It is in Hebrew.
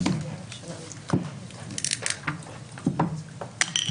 ובחינת היתכנות לאסדרת השבת יצירות אמנות שנבזזו בתקופת השלטון הנאצי